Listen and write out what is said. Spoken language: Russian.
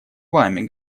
вами